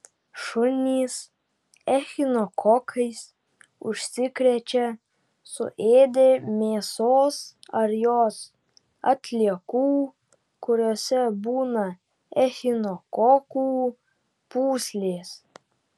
šunys echinokokais užsikrečia suėdę mėsos ar jos atliekų kuriose būna echinokokų pūslės